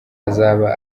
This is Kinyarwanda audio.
azaba